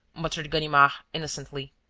muttered ganimard, innocently.